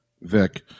Vic